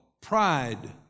pride